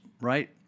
right